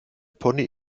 pony